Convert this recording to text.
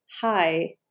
hi